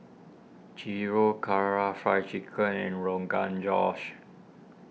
Gyros Kara Fried Chicken and Rogan Josh